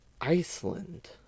Iceland